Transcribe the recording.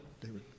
David